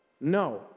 no